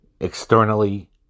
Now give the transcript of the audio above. Externally